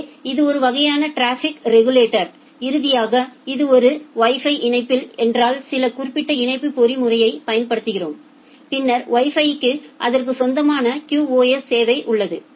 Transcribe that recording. எனவே இது ஒரு வகையான டிராபிக் ரெகுலேட்டர் இறுதியாக இது ஒரு வைஃபை இணைப்புகள் என்றால் சில குறிப்பிட்ட இணைப்பு பொறிமுறையைப் பயன்படுத்துகிறோம் பின்னர் வைஃபை க்கு அதற்கு சொந்தமாக QoS சேவை உள்ளது